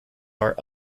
are